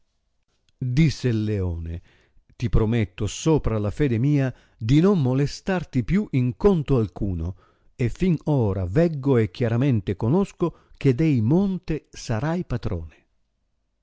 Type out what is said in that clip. disse il leone ti prometto sopra la fede mia di non molestarti più in conto alcuno e tin ora veggo e chiaramente conosco che dei monte sarai patrone